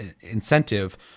incentive